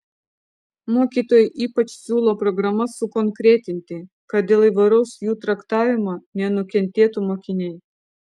mokytojai ypač siūlo programas sukonkretinti kad dėl įvairaus jų traktavimo nenukentėtų mokiniai